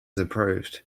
improved